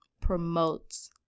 promotes